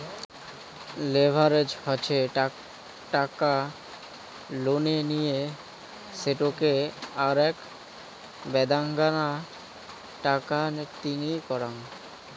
leverage হসে টাকা লোনে নিয়ে সেটোকে আরাক বেদাঙ্গনা টাকা তিনি করাঙ